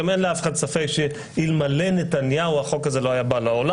גם אין לאף אחד ספק שאלמלא נתניהו החוק הזה לא היה בא לעולם.